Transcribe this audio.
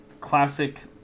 classic